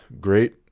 great